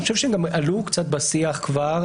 שאני חושב שהן עלו קצת בשיח כבר,